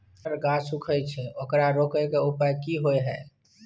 टमाटर के गाछ सूखे छै ओकरा रोके के उपाय कि होय है?